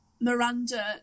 Miranda